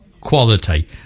quality